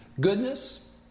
Goodness